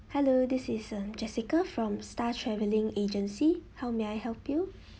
hello this is um jessica from star travelling agency how may I help you